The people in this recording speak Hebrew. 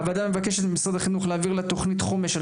הוועדה מבקשת ממשרד החינוך להעביר לה תכנית חומש על